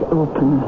open